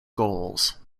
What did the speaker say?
goals